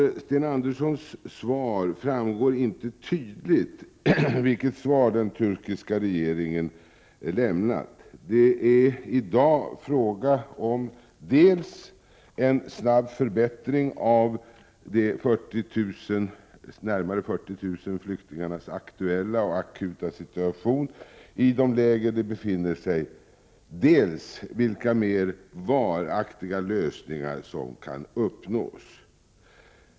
Av Sten Anderssons svar framgår inte tydligt vilket svar den turkiska regeringen har lämnat. Det är i dag fråga om dels en snabb förbättring av de närmare 40 000 flyktingarnas aktuella och akuta situation i de läger de befinner sig i, dels vilka mer varaktiga lösningar som kan uppnås.